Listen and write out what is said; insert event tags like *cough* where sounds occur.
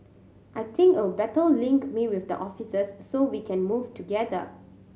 I think *unintelligible* better link me with the officers so we can move together